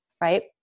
Right